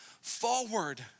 forward